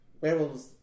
Werewolves